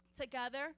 together